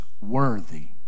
worthy